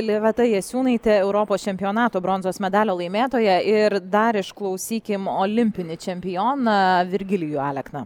liveta jasiūnaitė europos čempionato bronzos medalio laimėtoja ir dar išklausykim olimpinį čempioną virgilijų alekną